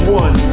one